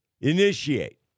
initiate